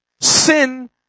Sin